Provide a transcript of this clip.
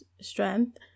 strength